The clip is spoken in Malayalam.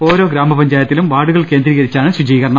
ഓരോ ഗ്രാമപഞ്ചായത്തിലും വാർഡുകൾ കേന്ദ്രീകരി ച്ചാണ് ശുചീകരണം